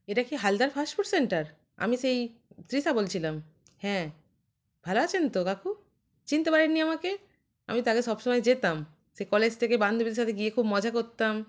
এটা কি Haldar fast food centre আমি সেই তৃষা বলছিলাম হ্যাঁ ভালো আছেন তো কাকু চিনতে পারেননি আমাকে আমি তো আগে সব সময় যেতাম সেই কলেজ থেকে বান্ধবীদের সাথে গিয়ে খুব মজা করতাম